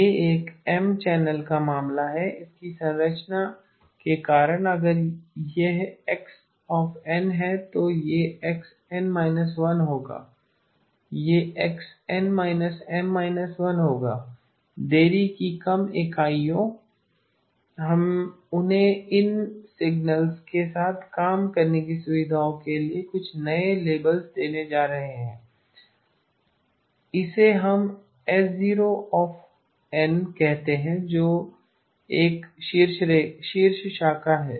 यह एक M channel का मामला है इसकी संरचना के कारण अगर यह x n है तो यह x n−1 होगा यह x n−M−1 होगा देरी की एम इकाइयों हम उन्हें इन सिग्नल्स के साथ काम करने की सुविधा के लिए कुछ नए लेबल्स देने जा रहे हैं इसे हम S0 n कहते हैं जो एक शीर्ष शाखा है